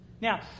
Now